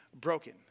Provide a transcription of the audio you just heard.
broken